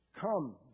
Come